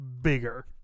bigger